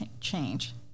change